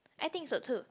I think so too